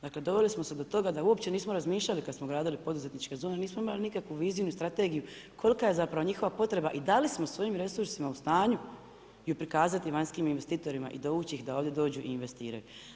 Dakle doveli smo se do toga da uopće nismo razmišljali kad smo gradili poduzetničke zone, nismo imali nikakvu viziju, ni strategiju kolika je zapravo njihova potreba i da li smo svojim resursima u stanju ju prikazati vanjskim investitorima i dovući ih da ovdje dođu i investiraju.